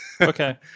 Okay